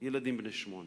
ילדים בני שמונה.